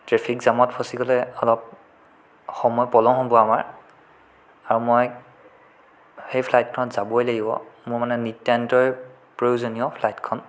traffic জামত ফ'চি গ'লে অলপ সময় পলম হ'ব আমাৰ আৰু মই সেই ফ্লাইটখনত যাবই লাগিব মোৰ মানে নিতান্তই প্ৰয়োজনীয় ফ্লাইটখন